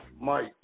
Mike